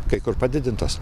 kai kur padidintos